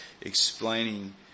explaining